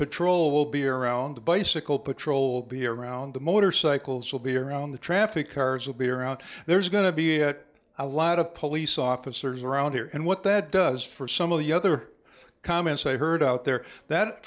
patrol will be around bicycle patrol be around the motorcycles will be around the traffic cars will be around there's going to be it a lot of police officers around here and what that does for some of the other comments i heard out th